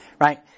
Right